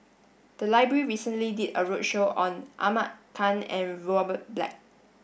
the library recently did a roadshow on Ahmad Khan and Robert Black